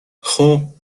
خوب